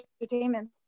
entertainment